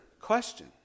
question